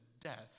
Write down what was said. death